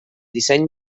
disseny